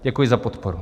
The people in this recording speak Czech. Děkuji za podporu.